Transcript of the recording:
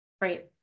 Right